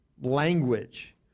language